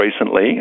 recently